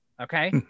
okay